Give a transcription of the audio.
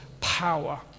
power